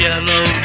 Yellow